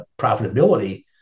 profitability